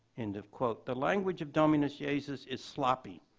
end of quote. the language of dominus yeah iesus is sloppy.